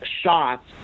shots